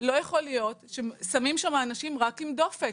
לא יכול להיות ששמים שם אנשים רק עם דופק.